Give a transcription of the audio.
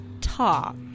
talk